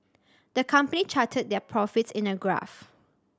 the company charted their profits in a graph